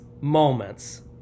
moments